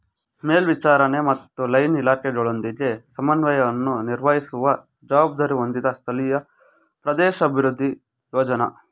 ಮೇಲ್ವಿಚಾರಣೆ ಮತ್ತು ಲೈನ್ ಇಲಾಖೆಗಳೊಂದಿಗೆ ಸಮನ್ವಯವನ್ನು ನಿರ್ವಹಿಸುವ ಜವಾಬ್ದಾರಿ ಹೊಂದಿದೆ ಸ್ಥಳೀಯ ಪ್ರದೇಶಾಭಿವೃದ್ಧಿ ಯೋಜ್ನ